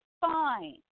fine